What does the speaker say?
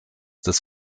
des